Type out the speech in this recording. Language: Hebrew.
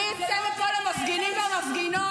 אני אצא מפה אל המפגינים והמפגינות,